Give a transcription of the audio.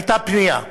הייתה פנייה,